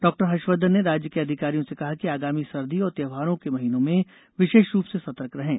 डॉ हर्षवर्धन ने राज्य के अधिकारियों से कहा कि आगामी सर्दी और त्योहारों के महीनों में विशेष से सतर्क रूप रहें